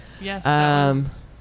Yes